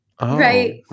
right